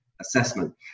assessment